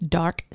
dark